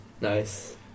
Nice